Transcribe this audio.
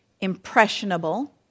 Impressionable